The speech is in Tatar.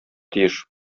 тиеш